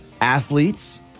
athletes